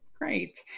Great